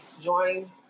join